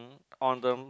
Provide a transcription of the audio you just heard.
on the